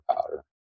powder